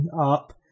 up